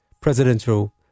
presidential